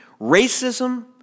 racism